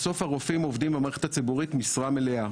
בסוף הרופאים עובדים במערכת הציבורית משרה מלאה,